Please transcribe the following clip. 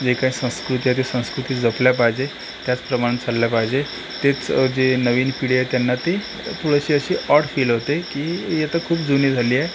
जे काही संस्कृती आहे ते संस्कृती जपल्या पाहिजे त्याचप्रमाणे चालल्या पाहिजे तेच जे नवीन पिढी आहे त्यांना ती थोडीशी अशी ऑड फील होते की ही आता खूप जुनी झाली आहे